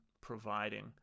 providing